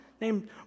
named